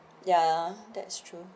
ya that's true